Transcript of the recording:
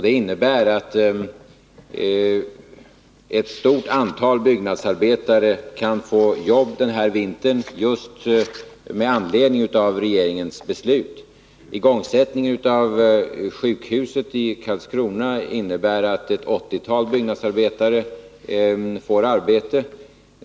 De innebär att ett stort antal byggnadsarbetare kan få jobb den här vintern just med anledning av regeringens beslut. Igångsättningen av sjukhuset i Karlskrona innebär att ett åttiotal byggnadsarbetare får arbete.